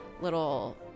little